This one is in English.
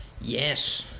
Yes